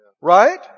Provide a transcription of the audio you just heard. Right